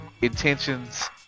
intentions